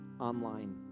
online